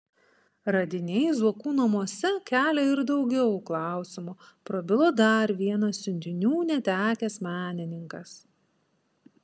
radiniai zuokų namuose kelia ir daugiau klausimų prabilo dar vienas siuntinių netekęs menininkas